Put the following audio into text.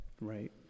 Right